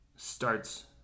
starts